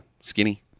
skinny